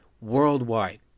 worldwide